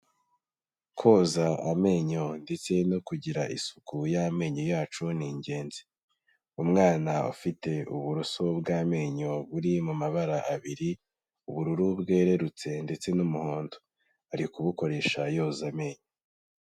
Koza amenyo ndetse no kugira isuku y'amenyo yacu ni ingenzi, umwana ufite uburoso bw'amenyo buri mu mabara abiri, ubururu bwerurutse ndetse n'umuhondo, ari kubukoresha yoza amenyo.